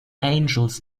angels